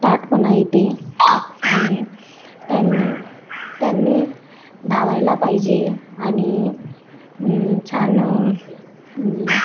ताठपणा येते आणि त्यांनी त्यांनी धावायला पाहिजे आणि छान म्हणजे